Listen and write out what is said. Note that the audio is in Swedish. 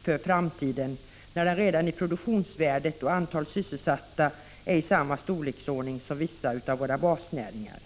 för framtiden, och den har redan i dag, mätt i produktionsvärde och antal sysselsatta, samma storleksordning som vissa av våra basnäringar.